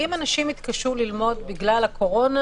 אם אנשים התקשו ללמוד בגלל הקורונה,